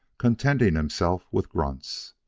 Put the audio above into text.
contenting himself with grunts.